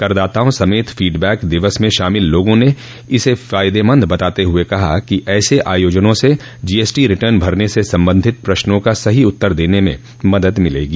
करदाताओं समेत फीडबैक दिवस में शामिल लोगों ने इसे फायदेमंद बताते हुए कहा कि ऐसे आयोजनों से जीएसटी रिटर्न भरने से संबंधित प्रश्नों का सही उत्तर देने में मदद मिलेगी